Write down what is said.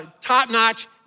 top-notch